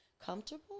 comfortable